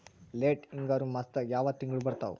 Late ಹಿಂಗಾರು ಮಾಸದಾಗ ಯಾವ್ ತಿಂಗ್ಳು ಬರ್ತಾವು?